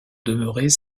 demeurait